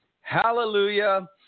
Hallelujah